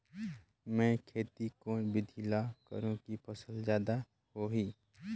मै खेती कोन बिधी ल करहु कि फसल जादा होही